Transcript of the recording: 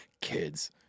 kids